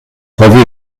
enlevez